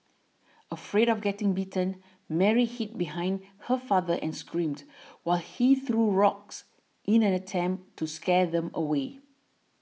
afraid of getting bitten Mary hid behind her father and screamed while he threw rocks in an attempt to scare them away